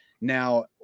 Now